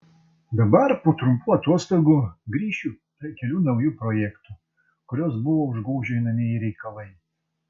dabar po trumpų atostogų grįšiu prie kelių naujų projektų kuriuos buvo užgožę einamieji reikalai